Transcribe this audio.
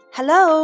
Hello